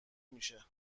میشه